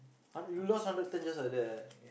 you lost hundred ten just like that